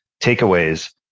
takeaways